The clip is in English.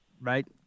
right